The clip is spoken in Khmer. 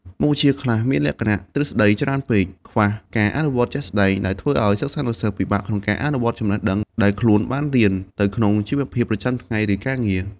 មុខវិជ្ជាខ្លះមានលក្ខណៈទ្រឹស្តីច្រើនពេក ខ្វះការអនុវត្តជាក់ស្តែង ដែលធ្វើឱ្យសិស្សានុសិស្សពិបាកក្នុងការអនុវត្តចំណេះដឹងដែលខ្លួនបានរៀនទៅក្នុងជីវភាពប្រចាំថ្ងៃ ឬការងារ។